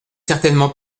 certainement